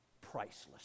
priceless